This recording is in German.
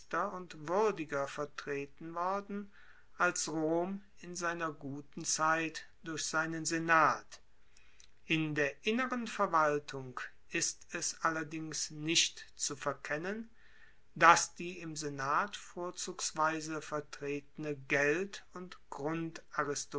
und wuerdiger vertreten worden als rom in seiner guten zeit durch seinen senat in der inneren verwaltung ist es allerdings nicht zu verkennen dass die im senat vorzugsweise vertretene geld und